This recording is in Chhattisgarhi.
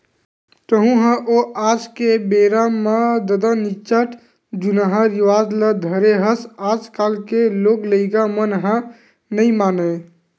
तँहू ह ओ आज के बेरा म ददा निच्चट जुन्नाहा रिवाज ल धरे हस आजकल के लोग लइका मन ह नइ मानय